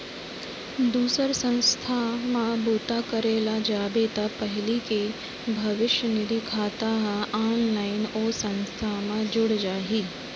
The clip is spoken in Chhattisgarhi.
दूसर संस्था म बूता करे ल जाबे त पहिली के भविस्य निधि खाता ह ऑनलाइन ओ संस्था म जुड़ जाही